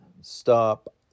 stop